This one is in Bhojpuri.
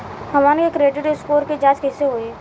हमन के क्रेडिट स्कोर के जांच कैसे होइ?